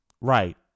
Right